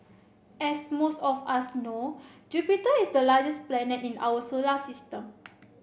as most of us know Jupiter is the largest planet in our solar system